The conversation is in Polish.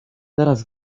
teraz